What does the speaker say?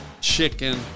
chicken